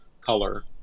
color